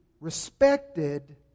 respected